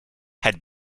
had